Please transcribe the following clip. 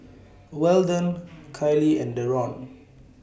Weldon Kiley and Deron